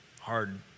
hard